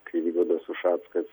kai vygaudas ušackas